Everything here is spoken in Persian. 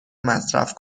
مصرف